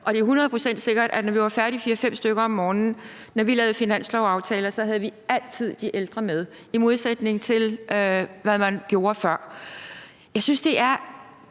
hundrede procent sikkert, at når vi var færdige kl. 4.00-5.00 om morgenen, da vi lavede finanslovsaftaler, så havde vi altid de ældre med, i modsætning til hvad man gjorde før. Jeg synes, det er